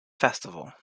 festival